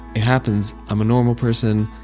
it happens, i'm a normal person.